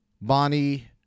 Bonnie